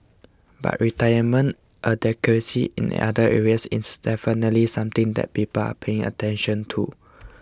but retirement adequacy in other areas is definitely something that people are paying attention to